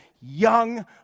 young